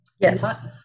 Yes